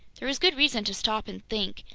there was good reason to stop and think,